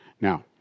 Now